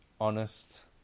honest